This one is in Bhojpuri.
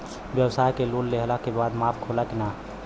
ब्यवसाय के लोन लेहला के बाद माफ़ होला की ना?